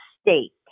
state